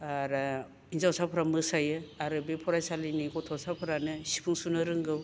आरो हिन्जावसाफोरा मोसायो आरो बे फरायसालिनि गथ'साफोरानो सिफुं सुनो रोंगौ